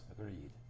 Agreed